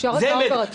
אפשר הצעה אופרטיבית?